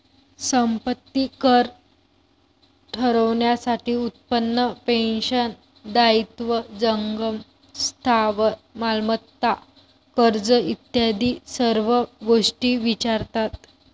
संपत्ती कर ठरवण्यासाठी उत्पन्न, पेन्शन, दायित्व, जंगम स्थावर मालमत्ता, कर्ज इत्यादी सर्व गोष्टी विचारतात